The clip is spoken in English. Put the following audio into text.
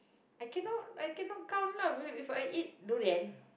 I cannot I cannot count lah if I eat durian